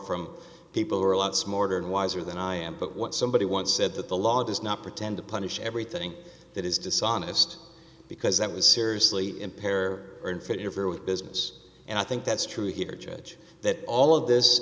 from people who are a lot smarter and wiser than i am but what somebody once said that the law does not pretend to punish everything that is dishonest because that was seriously impair or unfit interfere with business and i think that's true here judge that all of this